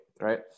right